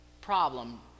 problem